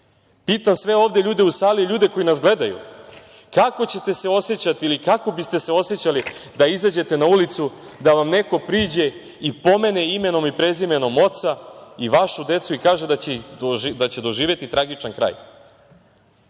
sve ovde ljude u sali, ljude koji nas gledaju – kako ćete se osećati ili kako biste se osećali da izađete na ulicu, da vam neko priđe i pomene imenom i prezimenom oca, vašu decu i kaže da će doživeti tragičan kraj?